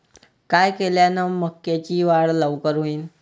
काय केल्यान मक्याची वाढ लवकर होईन?